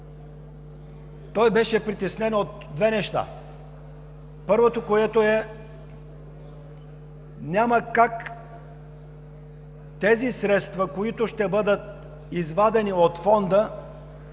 Той беше притеснен от две неща. Първото – няма как тези средства, които ще бъдат извадени от Фонда